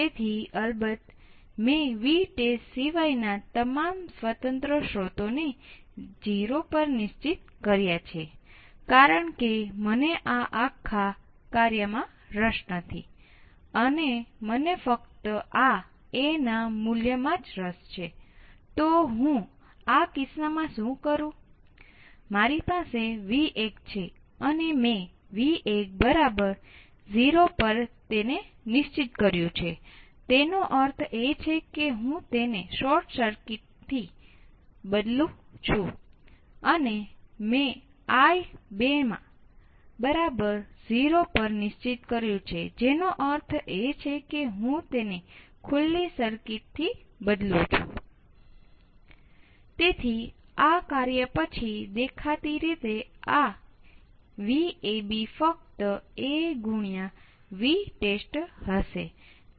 તેથી હું તેને A0 બરાબર અનંતની જેમ બતાવીશ આ કિસ્સામાં જો હું V0 વિરુદ્ધ Vd નો આલેખ દોરું તો મને સીધી ઉભી રેખા મળશે પરંતુ તે VDD અને VSS ને સંતૃપ્ત કરશે